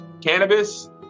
cannabis